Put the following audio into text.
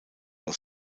aus